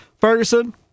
Ferguson